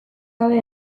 gabe